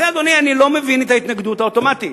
לכן, אדוני, אני לא מבין את ההתנגדות האוטומטית.